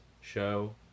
show